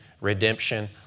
redemption